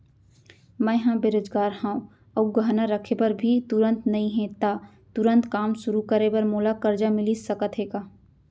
मैं ह बेरोजगार हव अऊ गहना रखे बर भी तुरंत नई हे ता तुरंत काम शुरू करे बर मोला करजा मिलिस सकत हे का?